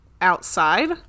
outside